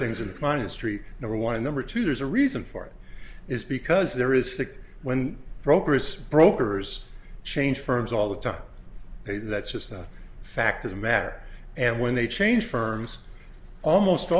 things and ministry number one and number two there's a reason for it is because there is sick when brokers brokers change firms all the time that's just a fact of the matter and when they change firms almost